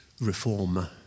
reform